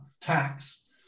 tax